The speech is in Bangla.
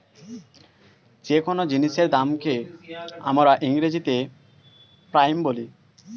যে কোন জিনিসের দামকে আমরা ইংরেজিতে প্রাইস বলি